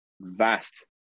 vast